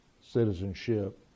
citizenship